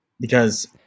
Because-